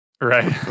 Right